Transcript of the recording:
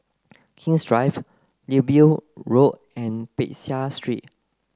King's Drive Digby Road and Peck Seah Street